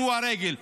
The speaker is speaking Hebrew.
קטוע רגל,